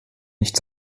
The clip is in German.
nicht